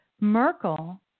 Merkel